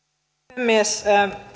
puhemies